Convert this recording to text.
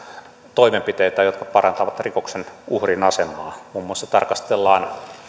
toimenpiteitä jotka parantavat rikoksen uhrin asemaa muun muassa tarkastellaan